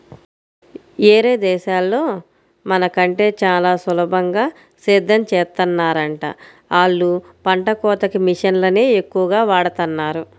యేరే దేశాల్లో మన కంటే చానా సులభంగా సేద్దెం చేత్తన్నారంట, ఆళ్ళు పంట కోతకి మిషన్లనే ఎక్కువగా వాడతన్నారు